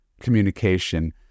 communication